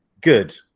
good